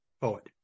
poet